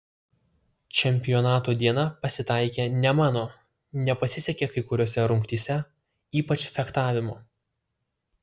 čempionato diena pasitaikė ne mano nepasisekė kai kuriose rungtyse ypač fechtavimo